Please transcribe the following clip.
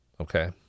okay